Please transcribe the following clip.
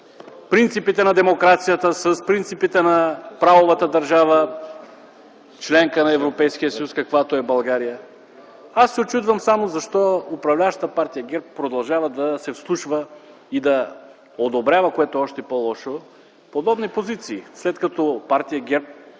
принципите на демокрацията, с принципите на правовата държава – членка на Европейския съюз, каквато е България. Аз само се учудвам защо управляващата партия ГЕРБ продължава да се вслушва и да одобрява, което е още по-лошо, подобни позиции, след като партия ГЕРБ